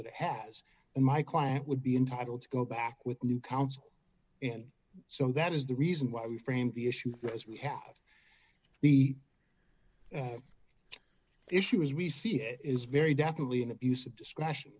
it has been my client would be entitled to go back with new counsel and so that is the reason why we framed the issue as we have the issue as we see it is very definitely an abuse of discretion